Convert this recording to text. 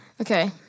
Okay